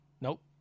nope